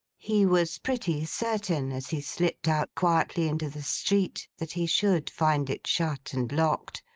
he was pretty certain as he slipped out quietly into the street that he should find it shut and locked,